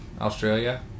Australia